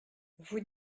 vous